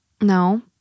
no